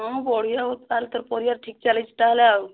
ହଁ ବଢ଼ିଆ ତା'ହେଲେ ତୋର ପରିବାର ଠିକ୍ ଚାଲିଛି ତା'ହେଲେ ଆଉ